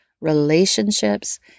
relationships